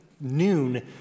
noon